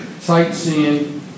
sightseeing